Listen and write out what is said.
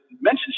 mentioned